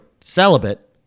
celibate